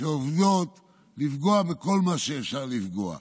שעובדות ולפגוע בכל מה שאפשר לפגוע.